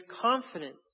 confidence